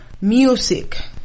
music